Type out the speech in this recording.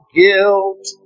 guilt